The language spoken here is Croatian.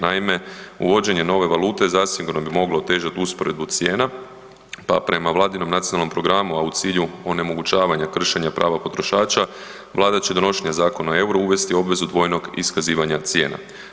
Naime, uvođenje nove valute zasigurno bi moglo otežat usporedbu cijena, pa prema vladinom nacionalnom programu, a u cilju onemogućavanja kršenja prava potrošača vlada će donošenjem Zakona o EUR-u uvesti obvezu dvojnog iskazivanja cijena.